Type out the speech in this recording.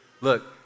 look